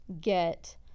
get